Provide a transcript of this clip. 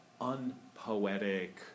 unpoetic